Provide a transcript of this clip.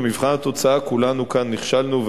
במבחן התוצאה כולנו כאן נכשלנו,